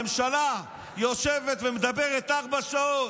הממשלה יושבת ומדברת ארבע שעות,